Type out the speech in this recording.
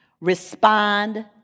respond